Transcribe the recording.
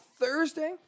Thursday